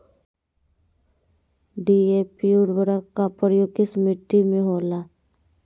DAP उर्वरक का प्रयोग किस मिट्टी में होला?